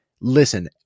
listen